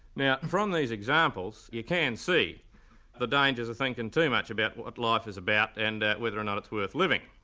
now from these examples you can see the dangers of thinking too much about what life is about and whether or not it's worth living.